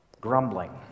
grumbling